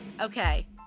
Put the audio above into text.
Okay